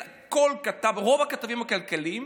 רוב הכתבים הכלכליים,